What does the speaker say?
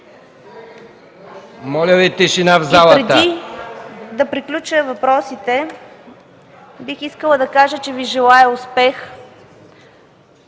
Моля Ви, тишина в залата!